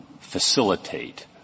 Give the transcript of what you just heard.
facilitate